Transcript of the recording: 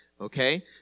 Okay